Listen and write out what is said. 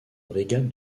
brigade